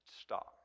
stop